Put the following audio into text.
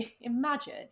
imagine